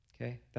okay